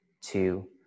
two